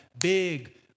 big